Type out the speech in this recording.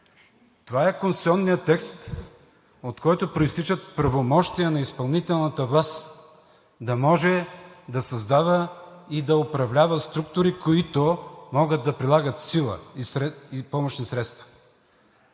Това е конституционният текст, от който произтичат правомощия на изпълнителната власт да може да създава и да управлява структури, които могат да прилагат сила и помощни средства.